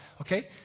Okay